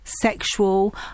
sexual